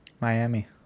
miami